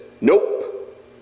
nope